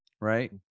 right